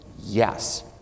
Yes